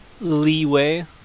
leeway